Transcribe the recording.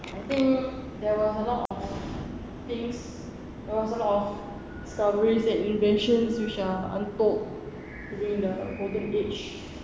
I think there was a lot of things it was a lot of discoveries and inventions which are untold during the golden age